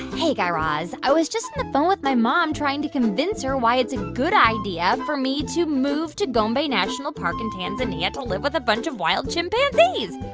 hey, guy raz. i was just on the phone with my mom, trying to convince her why it's a good idea for me to move to gombe national park in tanzania to live with a bunch of wild chimpanzees.